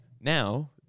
Now